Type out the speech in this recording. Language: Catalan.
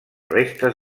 restes